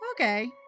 Okay